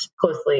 closely